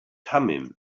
thummim